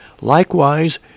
Likewise